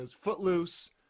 footloose